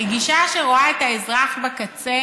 הגישה שרואה את האזרח בקצה